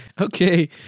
okay